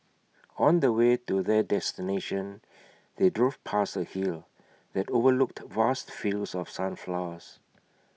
on the way to their destination they drove past A hill that overlooked vast fields of sunflowers